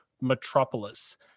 metropolis